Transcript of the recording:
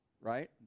right